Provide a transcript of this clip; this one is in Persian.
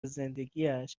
زندگیاش